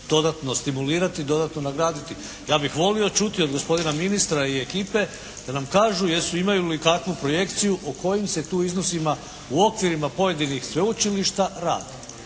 dodatno stimulirati i dodatno nagraditi. Ja bih volio čuti od gospodina ministra i ekipe da nam kažu imaju li kakvu projekciju o kojim se tu iznosima u okvirima pojedinih sveučilišta radi.